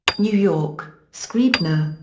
new york scribner.